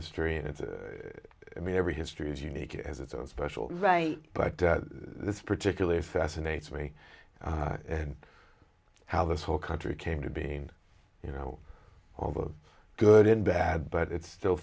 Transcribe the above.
history and it's i mean every history is unique as its own special right but this particular fascinates me and how this whole country came to being you know all that good and bad but it's still